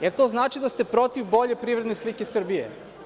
Jel to znači da ste protiv bolje privredne slike Srbije?